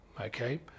okay